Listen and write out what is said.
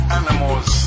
animals